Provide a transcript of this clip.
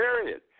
period